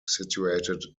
situated